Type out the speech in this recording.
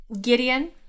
Gideon